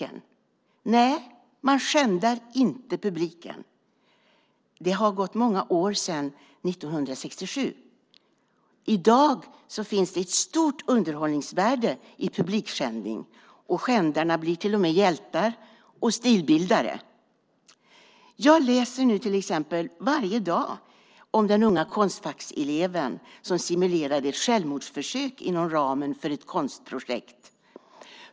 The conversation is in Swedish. Man skändar inte publiken. Det har gått många år sedan 1967. I dag finns det ett stort underhållningsvärde i publikskändning. Skändarna blir till och med hjältar och stilbildare. Jag läser varje dag om den unga konstfackseleven som simulerade ett självmordsförsök inom ramen för ett konstprojekt.